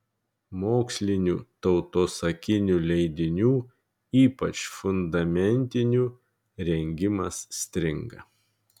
mokslinių tautosakinių leidinių ypač fundamentinių rengimas stringa